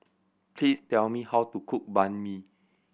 please tell me how to cook Banh Mi